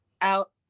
out